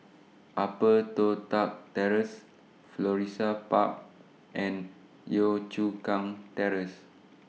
Upper Toh Tuck Terrace Florissa Park and Yio Chu Kang Terrace